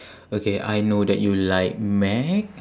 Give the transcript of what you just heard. okay I know that you like mac